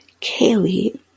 Kaylee